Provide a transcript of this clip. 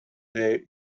they